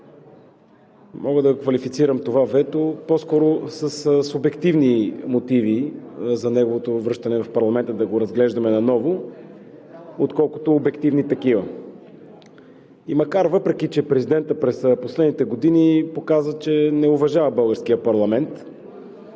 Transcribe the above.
мога да го квалифицирам по-скоро със субективни мотиви за неговото връщане в парламента да го разглеждаме наново, отколкото обективни такива. И въпреки че през последните години президентът показа, че не уважава българския парламент,